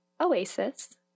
Oasis